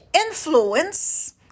influence